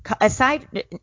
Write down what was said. aside